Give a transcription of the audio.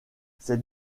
ses